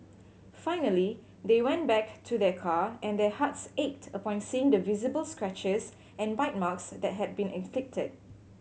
finally they went back to their car and their hearts ached upon seeing the visible scratches and bite marks that had been inflicted